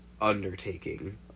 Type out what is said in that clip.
undertaking